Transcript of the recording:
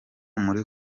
muri